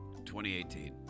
2018